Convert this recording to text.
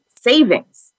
savings